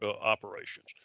operations